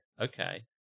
Okay